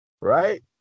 Right